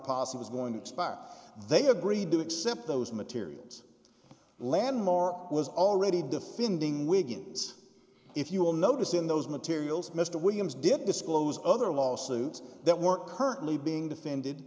policy was going to expire they agreed to accept those materials landmark was already defending wigan's if you'll notice in those materials mr williams did disclose other lawsuits that were currently being defended